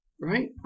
Right